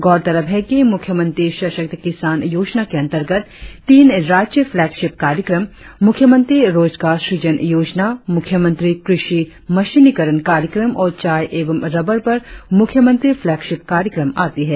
गौरतलब है कि मुख्यमंत्री सशक्त किसान योजना के अंतर्गत तीन राज्य फ्लैगशिप कार्यक्रम मुख्यमंत्री रोजगार सुजन योजना मुख्यमंत्री कृषि मशीनीकरण कार्यक्रम और चाय एवं रबर पर मुख्यमंत्री फ्लैगशिप कार्यक्रम आती है